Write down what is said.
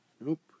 nope